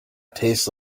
tastes